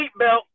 seatbelt